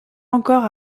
encore